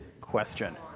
question